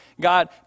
God